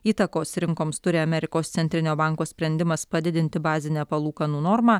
įtakos rinkoms turi amerikos centrinio banko sprendimas padidinti bazinę palūkanų normą